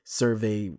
survey